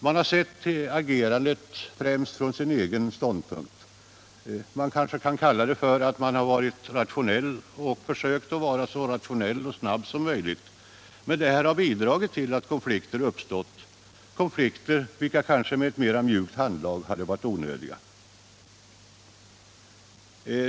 Man har sett agerandet främst från sin egen synpunkt. Det kanske kan sägas att man försökt vara så rationell och snabb som möjligt, men det har bidragit till att det uppstått konflikter, konflikter som om man hade haft ett mera mjukt handlag kanske visat sig vara onödiga.